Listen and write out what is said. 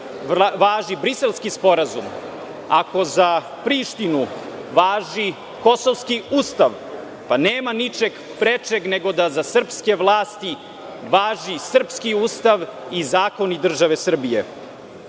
važi Briselski sporazum, ako za Prištinu važi kosovski ustav, pa nema ničeg prečeg nego da za srpske vlasti važi srpski ustav i zakoni države Srbije.